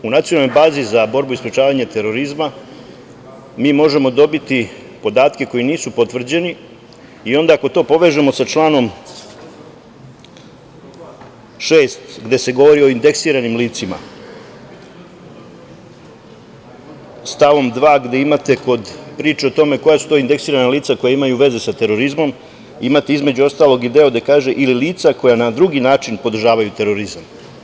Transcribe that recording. U nacionalnoj bazi za borbu i sprečavanje terorizma mi možemo dobiti podatke koji nisu potvrđeni i onda ako to povežemo sa članom 6. gde se govori o indeksiranim licima, stavom 2. gde imate kod priče o tome koja su to indeksirana lica koja imaju veze sa terorizmom, imate između ostalog i deo gde kaže – ili lica koja na drugi način podržavaju terorizam.